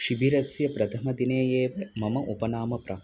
शिबिरस्य प्रथमदिने एव मम उपनाम प्राप्तम्